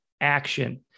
action